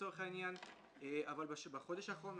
אבל בחודש האחרון,